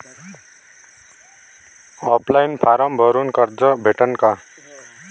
Online form भरून कर्ज भेटन का?